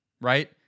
right